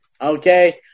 Okay